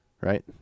right